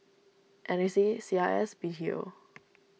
N A C C I S B T O